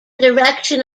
direction